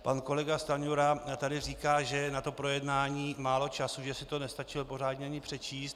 Pan kolega Stanjura tady říká, že na projednání je málo času, že si to nestačil pořádně ani přečíst.